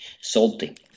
salty